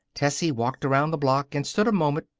tessie walked around the block and stood a moment,